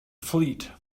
fleet